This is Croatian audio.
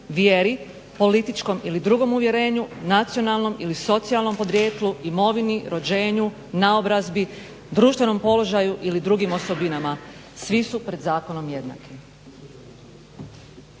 vjeri, političkom ili drugom uvjerenju, nacionalnom ili socijalnom podrijetlu, imovini, rođenju, naobrazbi, društvenom položaju ili drugim osobinama, svi su pred zakonom jednaki.